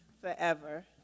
forever